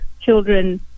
children